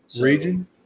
region